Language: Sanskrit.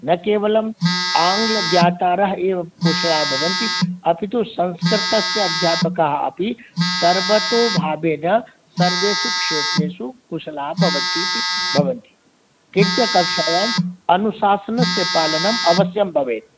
न केवलं आङ्ग्लज्ञातारः एव कुशलाः भवन्ति अपितु संस्कृतस्य अध्यापकाः अपि सर्वतो भावेन सर्वेषु क्षेत्रेषु कुशलाः भवन्ति किञ्च कक्षायां अनुशासनस्य पालनं अवश्यं भवेत्